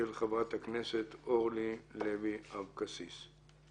של חברת הכנסת אורלי לוי אבקסיס.